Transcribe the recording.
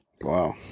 Wow